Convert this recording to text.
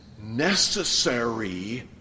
necessary